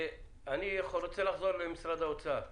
אני רוצה לחזור למשרד האוצר.